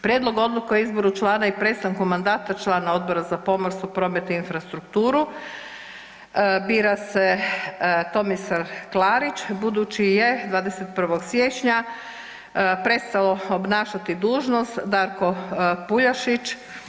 Prijedlog odluke o izboru člana i prestanku mandata člana Odbora za pomorstvo, promet i infrastrukturu bira se Tomislav Klarić budući je 21. siječnja prestao obnašati dužnost Darko Puljašić.